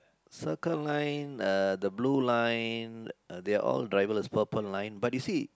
Circle Line uh the blue line uh they are all driverless purple line but you see